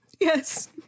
Yes